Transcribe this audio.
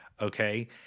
okay